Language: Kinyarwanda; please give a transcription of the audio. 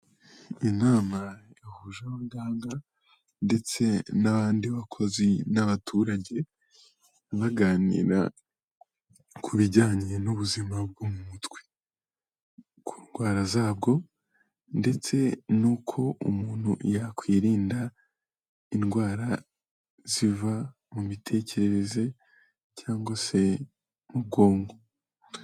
Inama ihuje abaganga ndetse n'abandi bakozi n'abaturage, baganira ku bijyanye n'ubuzima bwo mu mutwe. Ku ndwara zabwo ndetse n'uko umuntu yakwirinda indwara ziva mu mitekerereze cyangwa se mu bwonko.